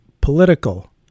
political